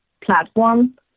platform